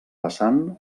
vessant